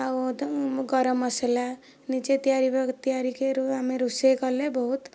ଆଉ ଗରମ ମସଲା ନିଜେ ତିଆରି ତିଆରିି କରୁ ଆମେ ରୋଷେଇ କଲେ ବହୁତ